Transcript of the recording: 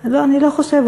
לא, אני לא חושבת.